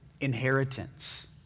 inheritance